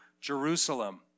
jerusalem